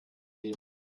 gehen